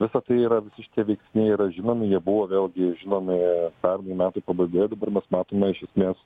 visa tai yra visi šie veiksniai yra žinomi jie buvo vėlgi žinomi pernai metų pabaigoje dabar mes matome iš esmės